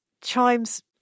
chimes